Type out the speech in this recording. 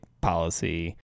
policy